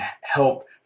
help